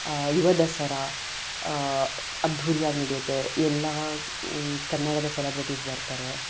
ಯುವ ದಸರಾ ಅದ್ಧೂರಿಯಾಗಿ ನಡೆಯುತ್ತೆ ಎಲ್ಲ ಕನ್ನಡದ ಸೆಲೆಬ್ರಿಟೀಸ್ ಬರ್ತಾರೆ